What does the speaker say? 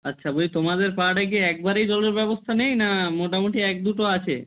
আচ্ছা বলছি তোমাদের পাড়াটায় কি একবারেই জলের ব্যবস্থা নেই না মোটামুটি এক দুটো আছে